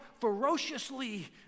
ferociously